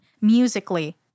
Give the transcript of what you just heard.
musically